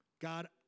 God